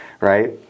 right